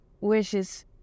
wishes